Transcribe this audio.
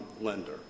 lender